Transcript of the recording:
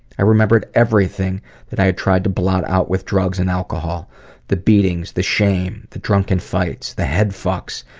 i remembered everything that i'd tried to blot out with drugs and alcohol the beatings, the shame, the drunken fights, the head fucks,